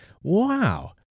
Wow